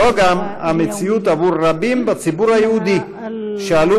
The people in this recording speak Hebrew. זו גם המציאות עבור רבים בציבור היהודי שעלו